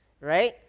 right